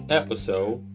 episode